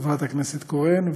חברת הכנסת קורן,